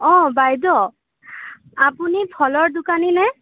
অঁ বাইদ' আপুনি ফলৰ দোকানী নে